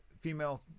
female